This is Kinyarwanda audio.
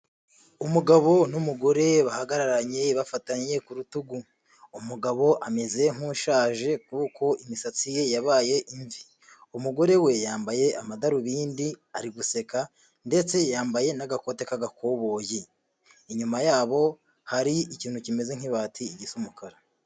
Umugabo n'umugore bahagararanye bafatanye ku rutugu, umugabo ameze nk'ushaje kuko imisatsi ye yabaye imvi, umugore we yambaye amadarubindi ari guseka ndetse yambaye n'agakote k'agakoboyi, inyuma yabo hari ikintu kimeze nk'ibati, gisa umukara.